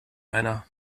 einer